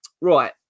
Right